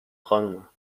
خانومم